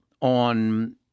on